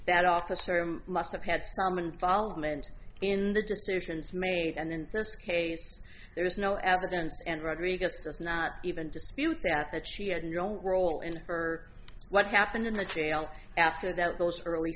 that officer must have had some involvement in the decisions made and in this case there is no evidence and rodriguez does not even dispute that that she had no role in for what happened in the jail after that those early